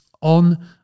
on